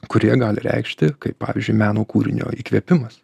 kurie gali reikšti kaip pavyzdžiui meno kūrinio įkvėpimas